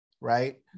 right